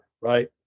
right